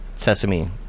Sesame